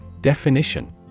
Definition